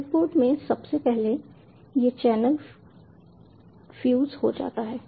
breadboard में सबसे पहले ये चैनल फ्यूज हो जाते हैं